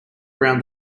around